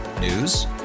News